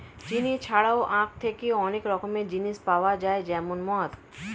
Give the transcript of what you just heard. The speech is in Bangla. চিনি ছাড়াও আখ থেকে অনেক রকমের জিনিস পাওয়া যায় যেমন মদ